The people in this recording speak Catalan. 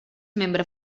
membre